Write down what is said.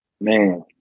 Man